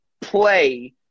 play